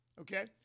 okay